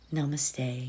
Namaste